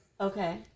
Okay